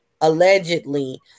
allegedly